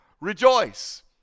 rejoice